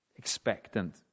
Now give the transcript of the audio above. expectant